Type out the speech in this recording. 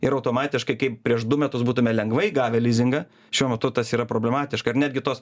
ir automatiškai kaip prieš du metus būtume lengvai gavę lizingą šiuo metu tas yra problematiška ir netgi tos